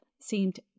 seemed